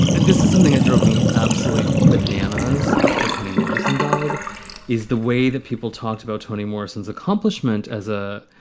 this is something that drove me absolutely bananas after toni morrison died is the way that people talked about toni morrison's accomplishment as a